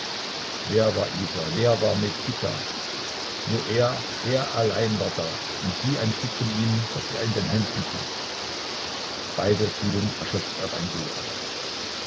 wer war isa wer war mikita nur er er allein war da und sie ein stück von ihm das er in den händen trug beide fielen erschöpft auf ein sofa